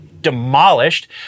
Demolished